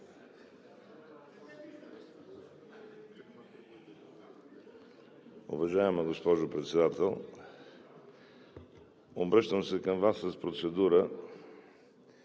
обръщам се към Вас с процедура.